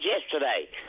yesterday